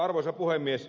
arvoisa puhemies